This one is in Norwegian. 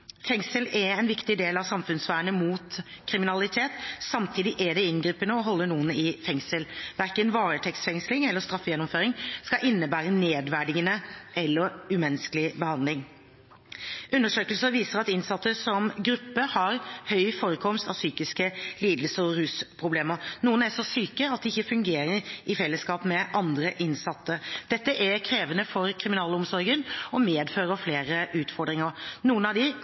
Fengsel er en viktig del av samfunnsvernet mot kriminalitet. Samtidig er det inngripende å holde noen i fengsel. Verken varetektsfengsling eller straffegjennomføring skal innebære nedverdigende eller umenneskelig behandling. Undersøkelser viser at innsatte som gruppe har høy forekomst av psykiske lidelser og rusproblemer. Noen er så syke at de ikke fungerer i fellesskap med andre innsatte. Dette er krevende for kriminalomsorgen og medfører flere utfordringer. Noen av